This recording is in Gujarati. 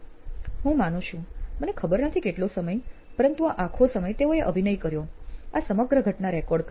હું માનું છું મને ખબર નથી કેટલો સમય પરંતુ આ આખો સમય તેઓએ અભિનય કર્યો આ સમગ્ર ઘટના રેકોર્ડ કરી